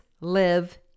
live